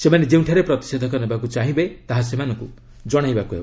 ସେମାନେ ଯେଉଁଠାରେ ପ୍ରତିଷେଧକ ନେବାକୁ ଚାହିଁବେ ତାହା ସେମାନଙ୍କୁ ଜଣାଇବାକୁ ହେବ